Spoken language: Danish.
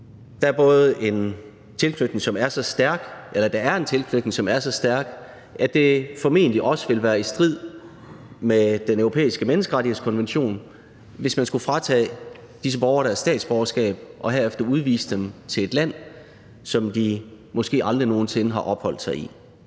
Der er en tilknytning, som er så stærk, at det formentlig også ville være i strid med Den Europæiske Menneskerettighedskonvention, hvis man skulle fratage disse borgere deres statsborgerskab og herefter udvise dem til et land, som de måske aldrig nogen sinde har opholdt sig i.